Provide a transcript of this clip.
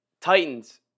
Titans